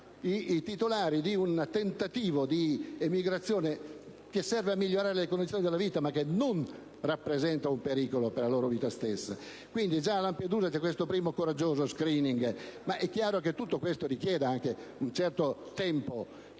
protagonisti di un tentativo di emigrazione che serve a migliorare le condizioni della vita, ma che non fuggono da un pericolo per la loro vita stessa. Quindi, già a Lampedusa c'è questo primo coraggioso *screening*, ma è chiaro che tutto questo richiede anche un certo tempo.